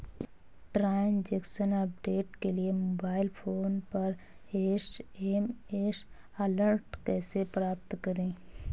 Transaction update के लिए mobile phone पर एस.एम.एस अलर्ट कैसे प्राप्त करें?